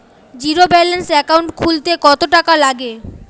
Zero balance account খুলতে কত টাকা লাগে?